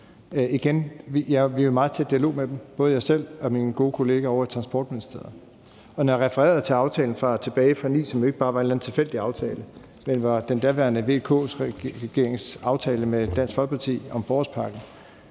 jo i meget tæt dialog med dem, både jeg selv og min gode kollega ovre i Transportministeriet. Og når jeg før refererede til aftalen fra 2009, som jo ikke bare var en eller anden tilfældig aftale, men var den daværende VK-regerings aftale med Dansk Folkeparti om forårspakken,